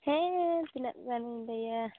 ᱦᱮᱸ ᱛᱤᱱᱟᱹᱜ ᱜᱟᱱ ᱤᱧ ᱞᱟᱹᱭᱟ